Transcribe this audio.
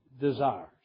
desires